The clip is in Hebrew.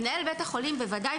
מנהל בית החולים בוודאי,